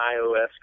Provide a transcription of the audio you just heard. iOS